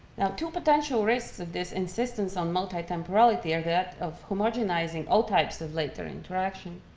now two potential risks of this insistence on multi-temporality are that of homogenizing all types of later interaction,